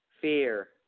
fear